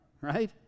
right